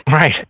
Right